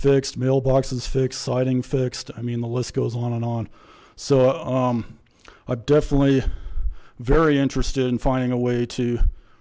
fixed mailboxes fixed siding fixed i mean the list goes on and on so i'm definitely very interested in finding a way to